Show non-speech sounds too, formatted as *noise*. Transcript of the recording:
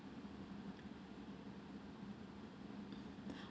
*breath*